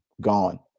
gone